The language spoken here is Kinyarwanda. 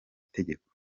tegeko